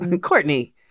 Courtney